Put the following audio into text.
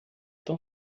tão